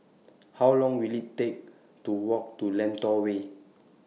How Long Will IT Take to Walk to Lentor Way